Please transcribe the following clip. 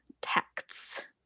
texts